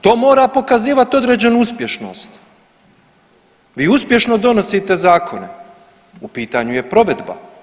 To mora pokazivati određenu uspješnost, vi uspješno donosite zakone u pitanju je provedba.